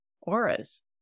auras